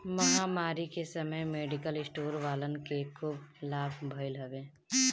महामारी के समय मेडिकल स्टोर वालन के खूब लाभ भईल हवे